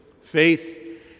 Faith